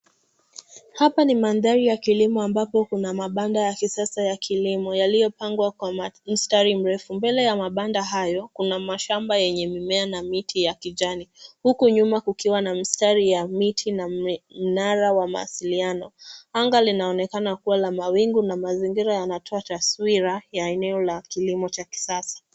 Hapa ni mandhari ya kilimo ambapo kuna mabanda ya kisasa ya kilimo yalipangwa kwa mstari mrefu mbele ya mabanda hayo, kuna mashamba yenye mimea na miti ya kijani, huku nyuma kukiwa na mistari ya miti na mnara wa mawasiliano. Anga linaonekana kuwa la mawingu na mazingira yanatoa taswira la eneo la kilimo cha kisasa.